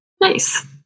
Nice